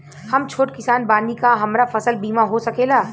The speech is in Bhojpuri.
हम छोट किसान बानी का हमरा फसल बीमा हो सकेला?